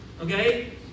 okay